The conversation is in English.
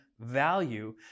value